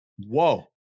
whoa